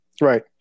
Right